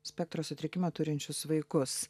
spektro sutrikimą turinčius vaikus